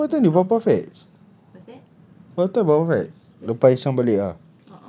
what time what time did papa fetch what time papa fetch dia hantar ishan balik ah